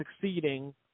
succeeding